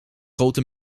grote